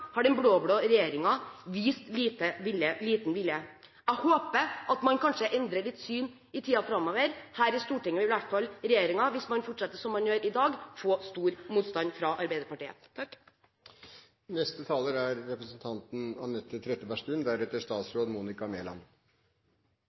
har den blå-blå regjeringen vist liten vilje. Jeg håper at man kanskje endrer litt syn i tiden framover. Her i Stortinget vil iallfall regjeringen – hvis man fortsetter som i dag – få stor motstand fra Arbeiderpartiet.